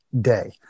day